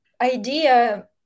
idea